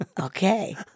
Okay